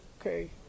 Okay